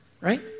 Right